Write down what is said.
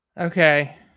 Okay